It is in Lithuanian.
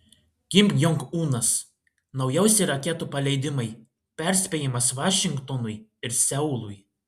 kim jong unas naujausi raketų paleidimai perspėjimas vašingtonui ir seului